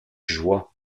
joie